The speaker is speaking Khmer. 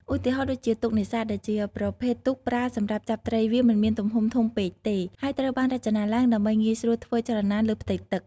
ឧទាហរណ៍ដូចជា ទូកនេសាទ ដែលជាប្រភេទទូកប្រើសម្រាប់ចាប់ត្រី វាមិនមានទំហំធំពេកទេ ហើយត្រូវបានរចនាឡើងដើម្បីងាយស្រួលធ្វើចលនាលើផ្ទៃទឹក។